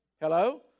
Hello